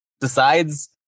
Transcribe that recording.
decides